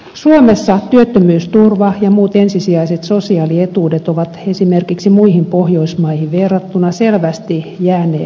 suomessa työttömyysturva ja muut ensisijaiset sosiaalietuudet ovat esimerkiksi muihin pohjoismaihin verrattuna selvästi jääneet jälkeen